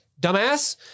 Dumbass